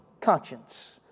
conscience